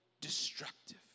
destructive